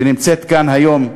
שנמצאת כאן היום,